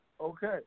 okay